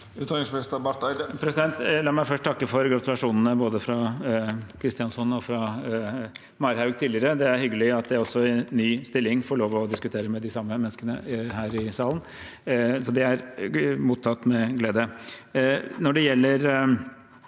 Utenriksminister Espen Barth Eide La meg først takke for gratulasjonene, både fra Kristjánsson og fra Marhaug tidligere. Det er hyggelig at jeg også i ny stilling får lov å diskutere med de samme menneskene her i salen. Det er mottatt med glede.